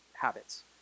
habits